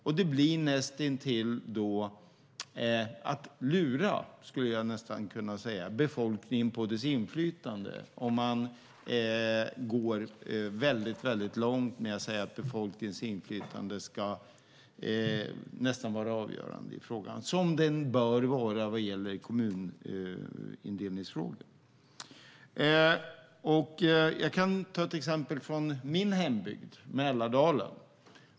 Jag skulle nästan kunna säga att det blir att lura befolkningen på dess inflytande om man går väldigt långt med att säga att befolkningens inflytande ska vara nästan avgörande i frågan - som det bör vara vad gäller kommunindelningsfrågor. Jag kan ta ett exempel från min hembygd Mälardalen.